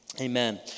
Amen